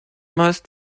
meist